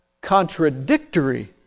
Contradictory